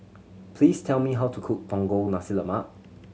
please tell me how to cook Punggol Nasi Lemak